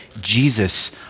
Jesus